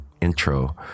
intro